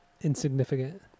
Insignificant